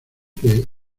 que